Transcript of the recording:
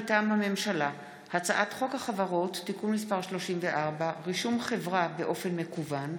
מטעם הממשלה: הצעת חוק החברות (תיקון מס' 34) (רישום חברה באופן מקוון),